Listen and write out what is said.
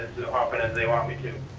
often as they want me to.